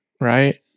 right